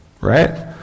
Right